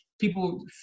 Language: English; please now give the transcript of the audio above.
People